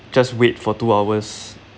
just wait for two hours